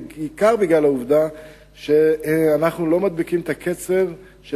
בעיקר בגלל העובדה שאנחנו לא מדביקים את הקצב של